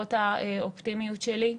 למרות האופטימיות שלי,